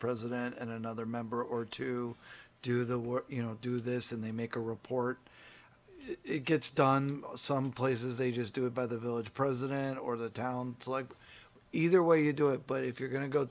president and another member or to do the work you know do this and they make a report it gets done some places they just do it by the village president or the town like either way you do it but if you're going to go